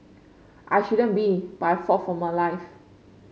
I shouldn't be but I fought for my life